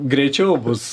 greičiau bus